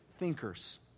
Thinkers